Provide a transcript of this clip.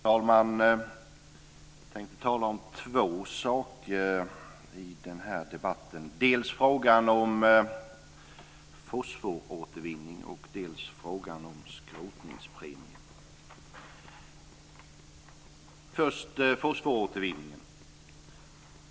Herr talman! Jag ska tala om två saker i den här debatten: dels frågan om fosforåtervinning, dels frågan om skrotningspremie. Jag tar först upp fosforåtervinningen.